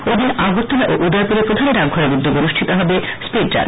ঐদিন আগরতলা ও উদয়পুরে প্রধান ডাকঘরের উদ্যোগে অনুষ্ঠিত হবে স্পিড রান